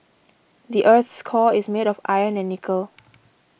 the earth's core is made of iron and nickel